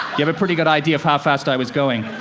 have a pretty good idea of how fast i was going.